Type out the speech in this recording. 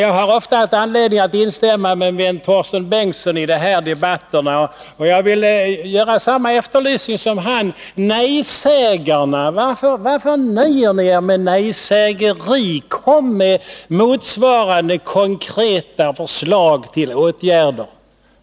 Jag har ofta haft anledning att i de här debatterna instämma med min vän Torsten Bengtson, och jag vill göra samma efterlysning som han: Varför nöjer ni er med nejsägeri? Kom i stället med motsvarande konkreta förslag till åtgärder!